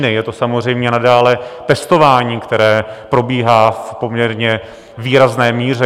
Je to samozřejmě i nadále testování, které probíhá v poměrně výrazné míře.